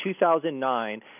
2009